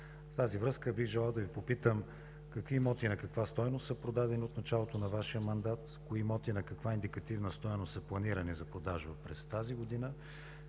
В тази връзка бих желал да Ви попитам: какви имоти и на каква стойност са продадени от началото на Вашия мандат? Кои имоти и на каква индикативна стойност са планирани за продажба през тази година?